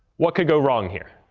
what could go wrong here?